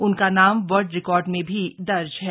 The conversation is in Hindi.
उनका नाम वर्ल्ड रिकॉर्ड में भी दर्ज है